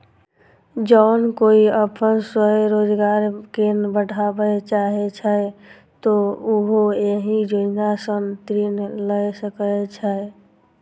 जौं कोइ अपन स्वरोजगार कें बढ़ाबय चाहै छै, तो उहो एहि योजना सं ऋण लए सकै छै